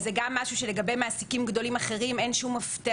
זה גם משהו שלגבי מעסיקים גדולים אחרים אין שום מפתח